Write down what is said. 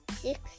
six